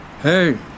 Hey